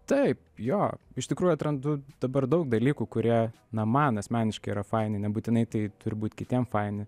taip jo iš tikrųjų atrandu dabar daug dalykų kurie na man asmeniškai yra faini nebūtinai tai turi būt kitiem faini